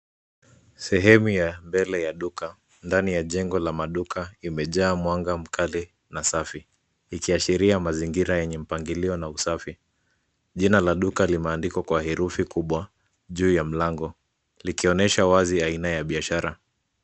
Sehemu ya mbele ya duka ndani ya jengo la maduka imejaa mwanga mkali na safi ikiashiria mazingira yenye mpangilio na usafi. Jina la duka limeandikwa kwa herufi kubwa juu ya mlango likionyesha wazi aina ya biashara.